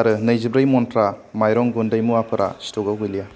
आरो नैजिब्रै मन्त्रा माइरं गुन्दै मुवाफोरा स्टकआव गैलिया